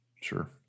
Sure